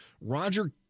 Roger